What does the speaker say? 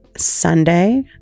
sunday